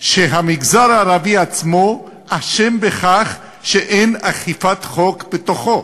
שהמגזר הערבי עצמו אשם בכך שאין אכיפת חוק בתוכו,